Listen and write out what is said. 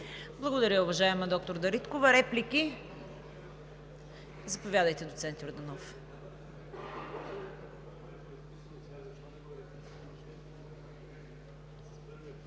Благодаря, уважаема доктор Дариткова. Реплики? Заповядайте, доцент Йорданов.